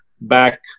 back